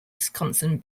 wisconsin